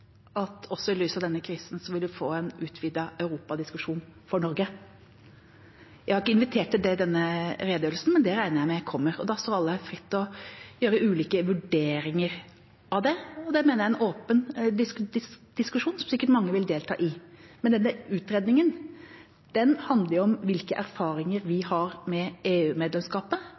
har ikke invitert til det i forbindelse med denne redegjørelsen, men det regner jeg med kommer. Da står alle fritt til å gjøre ulike vurderinger av det, og det mener jeg er en åpen diskusjon som sikkert mange vil delta i. Men denne utredningen handler om hvilke erfaringer vi har med